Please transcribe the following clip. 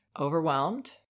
overwhelmed